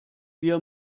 wir